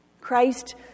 Christ